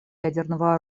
ядерного